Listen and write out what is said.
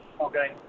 Okay